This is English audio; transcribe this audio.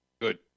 Good